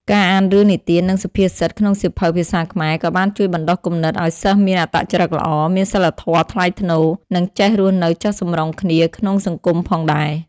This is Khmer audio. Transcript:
ការអានរឿងនិទាននិងសុភាសិតក្នុងសៀវភៅ ភាសាខ្មែរ ក៏បានជួយបណ្ដុះគំនិតឱ្យសិស្សមានអត្តចរិតល្អ មានសីលធម៌ថ្លៃថ្នូរ និងចេះរស់នៅចុះសម្រុងគ្នាក្នុងសង្គមផងដែរ។